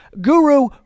Guru